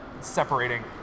separating